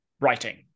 writing